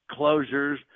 closures